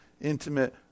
intimate